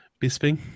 Bisping